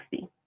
60